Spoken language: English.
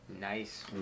Nice